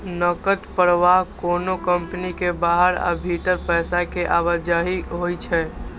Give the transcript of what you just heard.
नकद प्रवाह कोनो कंपनी के बाहर आ भीतर पैसा के आवाजही होइ छै